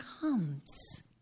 comes